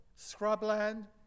scrubland